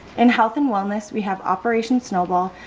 in health and wellness, we have operation snowball,